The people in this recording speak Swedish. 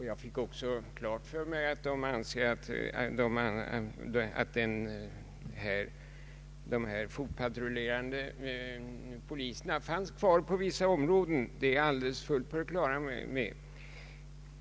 Jag fick också klart för mig att det fortfarande finns fotpatrullerande poliser i vissa områden. Det är vi fullt på det klara med.